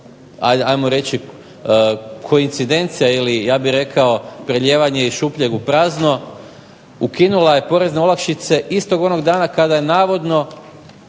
ajmo reći koincidencija, ja bih rekao prelijevanje iz šupljeg u prazno, ukinula je porezne olakšica istog onog dana kada je ukinut